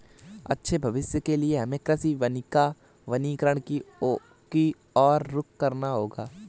अच्छे भविष्य के लिए हमें कृषि वानिकी वनीकरण की और रुख करना होगा